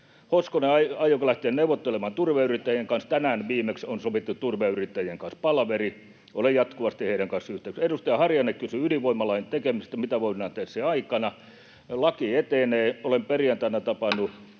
Hoskonen, aionko lähteä neuvottelemaan turveyrittäjien kanssa: Tänään viimeksi on sovittu turveyrittäjien kanssa palaveri. Olen jatkuvasti heidän kanssaan yhteyksissä. Edustaja Harjanne kysyi ydinvoimalain tekemisestä, mitä voidaan tehdä sen aikana. Laki etenee, olen perjantaina tavannut